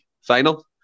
final